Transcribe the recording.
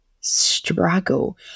struggle